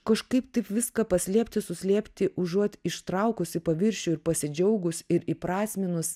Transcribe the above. kažkaip taip viską paslėpti suslėpti užuot ištraukus į paviršių ir pasidžiaugus ir įprasminus